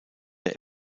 der